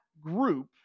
group